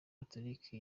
gatolika